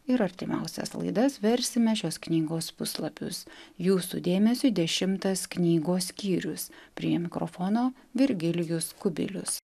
ir artimiausias laidas versime šios knygos puslapius jūsų dėmesiui dešimtas knygos skyrius prie mikrofono virgilijus kubilius